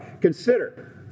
Consider